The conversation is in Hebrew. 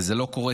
וזה לא קורה,